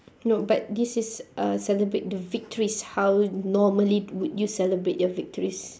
no but this is uh celebrate the victories how normally d~ would you celebrate your victories